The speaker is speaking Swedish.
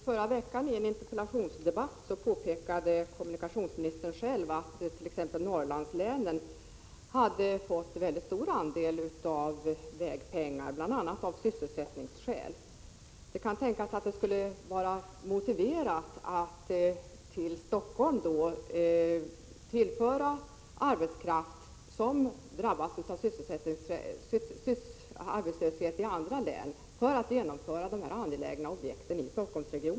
Herr talman! I en interpellationsdebatt i förra veckan påpekade kommunikationsministern själv att t.ex. Norrlandslänen hade fått mycket stor andel av vägpengar— bl.a. av sysselsättningsskäl. Det kan tänkas att det skulle vara motiverat att tillföra Stockholm arbetskraft, som drabbats av arbetslöshet i andra län, för att genomföra dessa angelägna objekt i Stockholmsregionen.